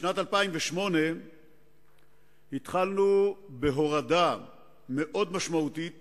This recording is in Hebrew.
בשנת 2008 התחלנו בהורדה מאוד משמעותית